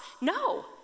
no